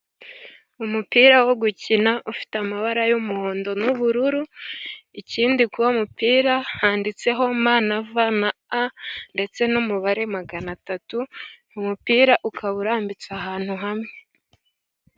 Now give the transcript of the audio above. Umupira wo gukina ufite amabara y'umuhondo n'ubururu. ikindi kuri uwo mupira handitseho "ma" ,"va" na "a" ndetse n'umubare magana atatu. Umupira ukaba urambitse ahantu hamwe.